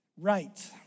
Right